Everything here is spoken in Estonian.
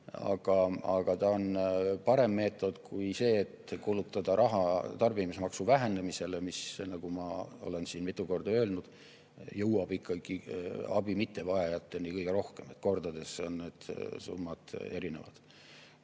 Aga ta on parem meetod kui see, et kulutada raha tarbimismaksu vähenemisele, mis, nagu ma olen siin mitu korda öelnud, jõuab abi mittevajajateni kõige rohkem. Need summad on kordades erinevad.